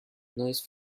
noise